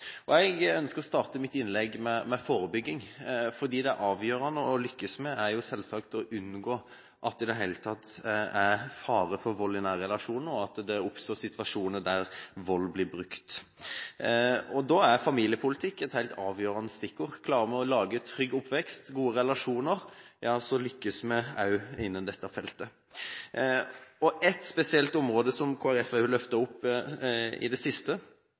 Jeg ønsker å starte mitt innlegg med å snakke om forebygging. Det avgjørende å lykkes med er selvsagt å unngå at det i det hele tatt er fare for vold i nære relasjoner, og at det oppstår situasjoner der vold blir brukt. Da er familiepolitikk et helt avgjørende stikkord. Klarer vi å lage en trygg oppvekst og gode relasjoner, ja så lykkes vi også innen dette feltet. Et spesielt område som Kristelig Folkeparti har løftet opp i det siste